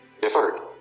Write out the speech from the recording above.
Deferred